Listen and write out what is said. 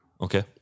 Okay